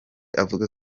avuga